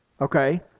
okay